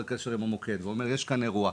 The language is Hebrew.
קשר עם המוקד והוא יכול לומר: יש כאן אירוע,